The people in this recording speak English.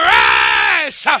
rise